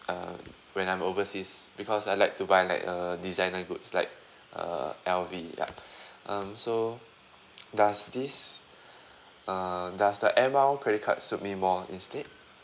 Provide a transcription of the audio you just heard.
uh when I'm overseas because I like to buy like uh designer goods like err L_V ya um so does this um does the Air Mile credit card suit me more instead